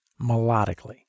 melodically